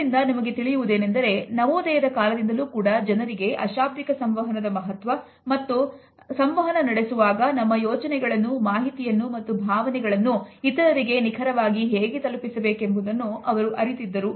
ಇದರಿಂದ ನಮಗೆ ತಿಳಿಯುವುದೇನೆಂದರೆ ನವೋದಯದ ಕಾಲದಿಂದಲೂ ಕೂಡ ಜನರಿಗೆ ಅಶಾಬ್ದಿಕ ಸಂವಹನದ ಮಹತ್ವ ಮತ್ತು ಸಂವಹನ ನಡೆಸುವಾಗ ತಮ್ಮ ಯೋಚನೆಗಳನ್ನು ಮಾಹಿತಿಯನ್ನು ಮತ್ತು ಭಾವನೆಗಳನ್ನು ಇತರರಿಗೆ ನಿಖರವಾಗಿ ಹೇಗೆ ತಲುಪಿಸಬೇಕೆಂಬುದನ್ನು ಅರಿತಿದ್ದರು